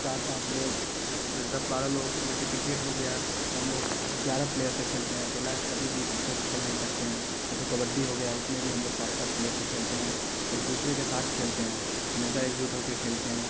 चार पाँच लोग दस बारह लोग जैसे क्रिकेट हो गया तो हम लोग ग्यारह प्लेयर से खेलते हैं अकेला कभी भी क्रिकेट खेल नहीं सकते हैं ऐसे कबड्डी हो गया उसने भी हम लोग सात सात प्लेयर से खेलते हैं एक दूसरे के साथ खेलते हैं हमेशा एकजुट होकर खेलते हैं